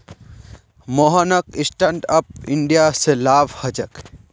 मोहनक stand up India स लाभ ह छेक